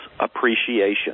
appreciation